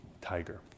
tiger